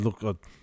look